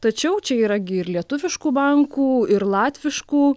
tačiau čia yra gi ir lietuviškų bankų ir latviškų